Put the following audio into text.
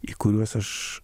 į kuriuos aš